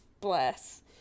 bless